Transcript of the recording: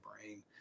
brain